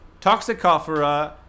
Toxicophora